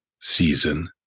Season